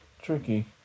tricky